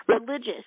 Religious